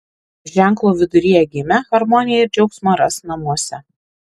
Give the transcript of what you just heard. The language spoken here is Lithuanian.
ženklo viduryje gimę harmoniją ir džiaugsmą ras namuose